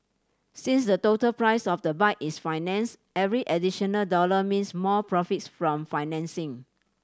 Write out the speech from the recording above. since the total price of the bike is financed every additional dollar means more profits from financing